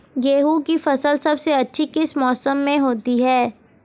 गेंहू की फसल सबसे अच्छी किस मौसम में होती है?